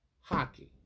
hockey